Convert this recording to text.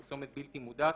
פרסומת בלתי מודעת,